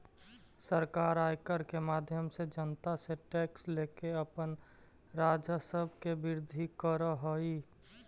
सरकार आयकर के माध्यम से जनता से टैक्स लेके अपन राजस्व के वृद्धि करऽ हई